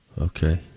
Okay